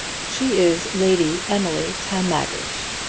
she is lady emily tagmaggert,